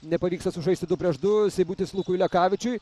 nepavyksta sužaisti du prieš du seibutis lukui lekavičiui